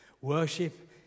Worship